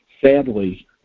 Sadly